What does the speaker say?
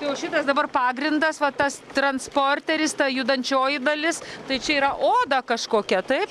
tai jau šitas dabar pagrindas va tas transporteris ta judančioji dalis tai čia yra oda kažkokia taip